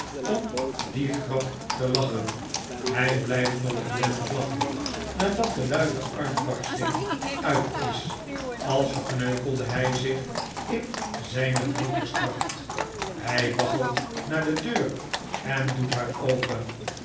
om die grap te lachen hij blyft nog inwendig lachen nadat de luide uitbarsting uit is als verkneukelde hy zich in zyne drinkenskracht hy waggelt naar de deur en doet haar open